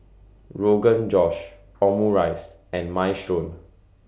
Rogan Josh Omurice and Minestrone